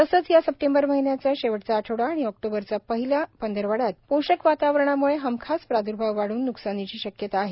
तसेच या सप्टेंबर महिन्याचा शेवटचा आठवडा आणि ऑक्टोबरचा पहिला पंधरवाड्यात पोषक वातावरणामुळे हमखास प्रादर्भाव वाढून न्कसानीची शक्यता आहे